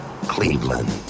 Cleveland